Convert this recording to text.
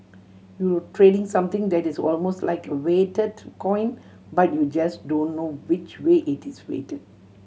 you're trading something that is almost like a weighted coin but you just don't know which way it is weighted